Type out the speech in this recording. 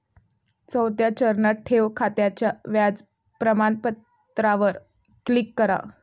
चौथ्या चरणात, ठेव खात्याच्या व्याज प्रमाणपत्रावर क्लिक करा